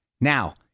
now